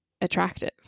attractive